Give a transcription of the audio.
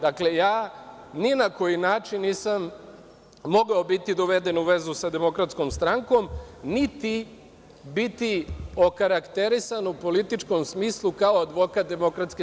Dakle, ja ni na koji način nisam mogao biti doveden u vezu sa DS, niti biti okarakterisan u političkom smislu kao advokat DS.